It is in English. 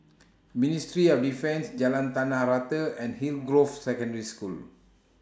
Ministry of Defence Jalan Tanah Rata and Hillgrove Secondary School